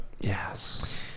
Yes